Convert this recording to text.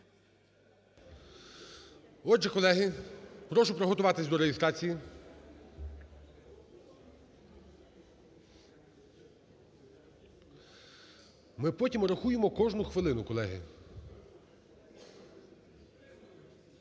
Отже, колеги, прошу приготуватись до реєстрації. Ми потім врахуємо кожну хвилину, колеги.